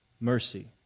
mercy